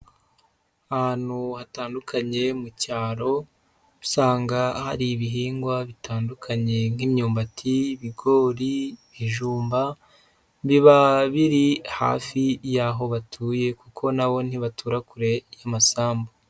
Ahantu hatandukanye mu cyaro, usanga hari ibihingwa bitandukanye nk'imyumbati, ibigori, ibijumba biba biri hafi y'aho batuye kuko na bo ntibatura kure y'amasambu.